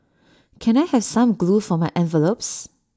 can I have some glue for my envelopes